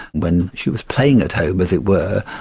when she was playing at home as it were,